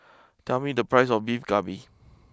tell me the price of Beef Galbi